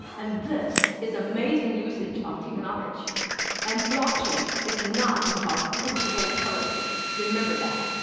and this is amazing usage of tech knowledge and blocking. it's not just about critical currency, remember that.